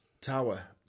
tower